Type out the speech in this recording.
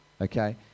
Okay